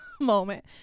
moment